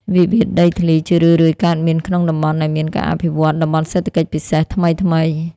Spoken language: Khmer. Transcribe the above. វិវាទដីធ្លីជារឿយៗកើតមាន ក្នុងតំបន់ដែលមានការអភិវឌ្ឍ "តំបន់សេដ្ឋកិច្ចពិសេស" ថ្មីៗ។